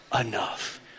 enough